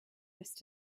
missed